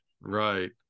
Right